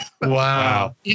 Wow